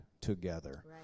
together